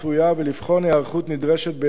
ולבחון היערכות נדרשת בהתאם.